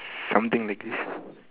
something like this